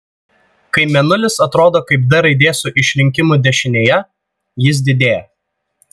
kai mėnulis atrodo kaip d raidė su išlinkimu dešinėje jis didėja